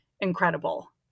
incredible